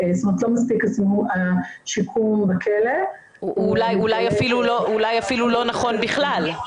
זאת אומרת שלא מספיק השיקום בכלא --- אולי אפילו לא נכון בכלל.